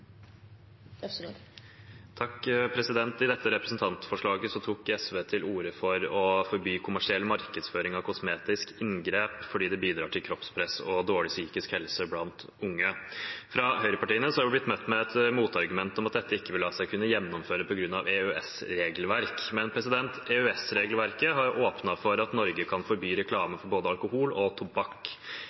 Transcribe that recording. I dette representantforslaget tar SV til orde for å forby kommersiell markedsføring av kosmetiske inngrep, fordi det bidrar til kroppspress og dårlig psykisk helse blant unge. Fra høyrepartiene har vi blitt møtt med motargumenter om at dette ikke vil la seg gjennomføre på grunn av EØS-regelverket. Men EØS-regelverket har jo åpnet for at Norge skal kunne forby reklame for både alkohol og tobakk.